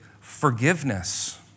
forgiveness